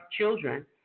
children